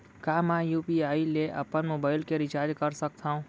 का मैं यू.पी.आई ले अपन मोबाइल के रिचार्ज कर सकथव?